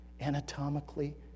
anatomically